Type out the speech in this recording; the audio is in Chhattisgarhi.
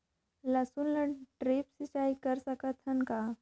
लसुन ल ड्रिप सिंचाई कर सकत हन का?